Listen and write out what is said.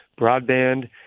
broadband